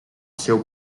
seu